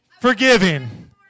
forgiving